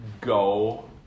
go